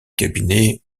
cabinet